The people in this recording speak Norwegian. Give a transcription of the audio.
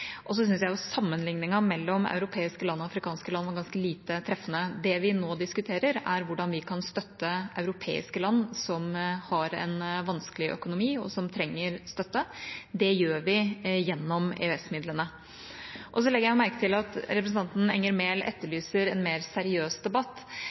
Så syns jeg sammenligningen mellom europeiske land og afrikanske land var ganske lite treffende. Det vi nå diskuterer, er hvordan vi kan støtte europeiske land som har en vanskelig økonomi, og som trenger støtte. Det gjør vi gjennom EØS-midlene. Så legger jeg merke til at representanten Enger Mehl